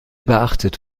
beachtet